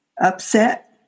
upset